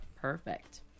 perfect